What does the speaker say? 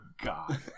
God